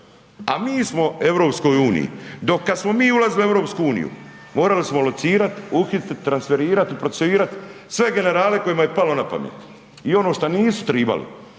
A mi smo u EU-u. Kad smo mi ulazili u EU-u, morali smo locirat, uhititi, transferirati i procesuirat sve generale kojima je palo na pamet. I ono šta nisu trebali.